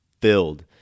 filled